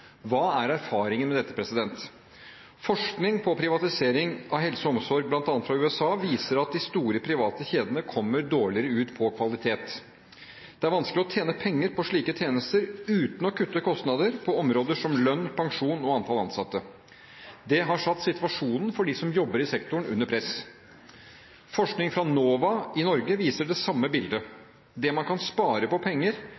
Hva er erfaringen med dette? Forskning på privatisering av helse- og omsorgstjenester, bl.a. fra USA, viser at de store private kjedene kommer dårligere ut på kvalitet. Det er vanskelig å tjene penger på slike tjenester uten å kutte kostnader på områder som lønn, pensjon og antall ansatte. Det har satt situasjonen for dem som jobber i sektoren, under press. Forskning fra NOVA i Norge viser det samme bildet. Det man kan spare av penger